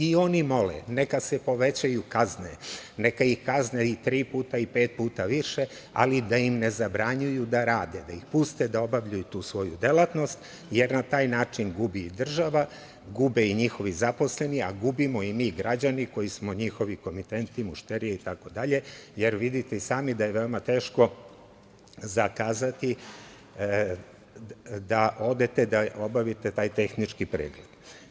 I oni mole neka se povećaju kazne, neka ih kazne i tri puta i pet puta više, ali da im ne zabranjuju da rade, da ih puste da obavljaju tu svoju delatnost jer na taj način gubi država, gube i njihovi zaposleni, a gubimo i mi građani koji smo njihovi komitenti, mušterije itd. jer vidite i sami da je veoma teško zakazati da odete da obavite taj tehnički pregled.